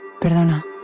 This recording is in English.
Perdona